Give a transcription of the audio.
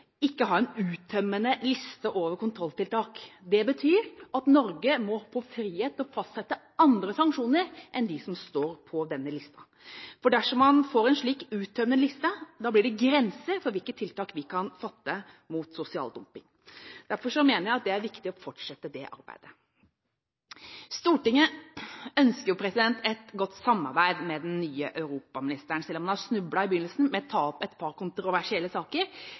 ha en uttømmende liste over kontrolltiltak. Det betyr at Norge må få frihet til å fastsette andre sanksjoner enn de som står på denne lista. Dersom man får en slik uttømmende liste, blir det grenser for hvilke tiltak vi kan fatte mot sosial dumping. Derfor mener jeg at det er viktig å fortsette det arbeidet. Stortinget ønsker et godt samarbeid med den nye europaministeren, selv om han har snublet i begynnelsen ved å ta opp et par kontroversielle saker